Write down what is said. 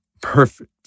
perfect